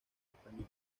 español